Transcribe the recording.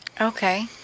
Okay